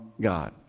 God